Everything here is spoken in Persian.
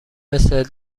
مثل